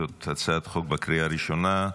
זאת הצעת חוק בקריאה הראשונה.